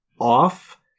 off